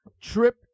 Trip